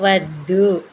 వద్దు